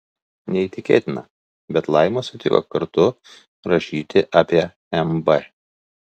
neįtikėtina bet laima sutiko kartu rašyti apie mb